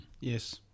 Yes